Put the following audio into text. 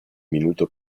minuto